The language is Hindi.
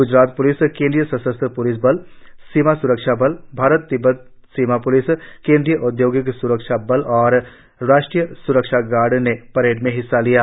ग्जरात प्लिस केंद्रीय सशस्त्र प्लिस बल सीमा स्रक्षा बल भारत तिब्बत सीमा प्लिस केंद्रीय औद्योगिक स्रक्षा बल और राष्ट्रीय स्रक्षा गार्ड ने परेड में हिस्सा लिया